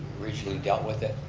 originally dealt with it.